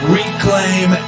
reclaim